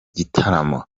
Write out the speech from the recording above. gitaramo